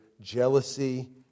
jealousy